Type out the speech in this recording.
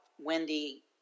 Wendy